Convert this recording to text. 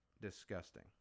disgusting